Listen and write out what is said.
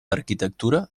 arquitectura